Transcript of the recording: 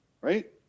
Right